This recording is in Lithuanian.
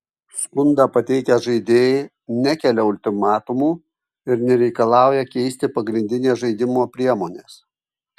skundą pateikę žaidėjai nekelia ultimatumų ir nereikalauja keisti pagrindinės žaidimo priemonės